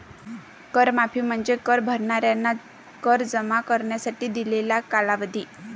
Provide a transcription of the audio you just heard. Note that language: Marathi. कर माफी म्हणजे कर भरणाऱ्यांना कर जमा करण्यासाठी दिलेला कालावधी